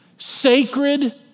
sacred